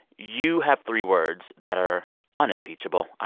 you have three words that are unimpeachable, ah